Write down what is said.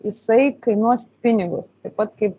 jisai kainuos pinigus taip pat kaip